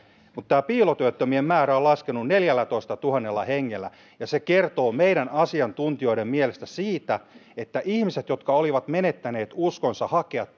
mutta piilotyöttömien määrä on laskenut neljällätoistatuhannella hengellä ja se kertoo meidän asiantuntijoiden mielestä siitä että ihmiset jotka olivat menettäneet uskonsa hakea